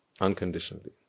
unconditionally